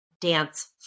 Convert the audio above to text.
dance